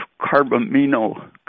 carbamino